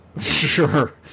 Sure